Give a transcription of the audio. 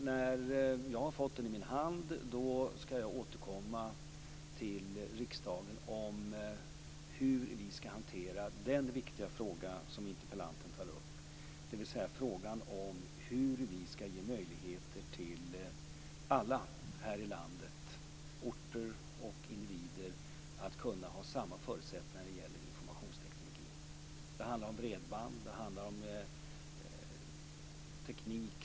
När jag har fått det förslaget i min hand skall jag återkomma till riksdagen om hur vi skall hantera den viktiga fråga som interpellanten tar upp, dvs. frågan om hur vi skall ge möjligheter till alla här i landet, orter och individer, att ha samma förutsättningar när det gäller informationsteknologi. Det handlar om bredband, och det handlar om teknik.